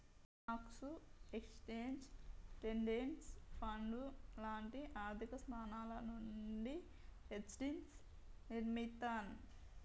స్టాక్లు, exchange traded ఫండ్లు లాంటి ఆర్థికసాధనాల నుండి హెడ్జ్ని నిర్మిత్తర్